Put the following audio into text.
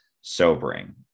sobering